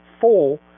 full